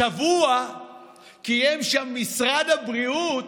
השבוע קיים שם משרד הבריאות,